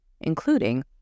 including